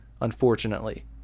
unfortunately